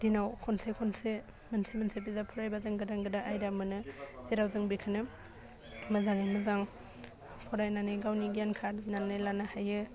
दिनाव खनसे खनसे मोनसे मोनसे बिजाब फरायबा जों गोदान गोदान आयदा मोनो जेराव जों बेखौनो मोजाङै मोजां फरायनानै गावनि गियानखो आरजिनानै लानो हायो